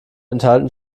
enthalten